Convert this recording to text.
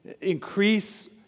Increase